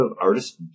artists